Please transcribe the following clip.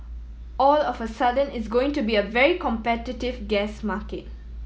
all of a sudden it's going to be a very competitive gas market